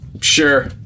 Sure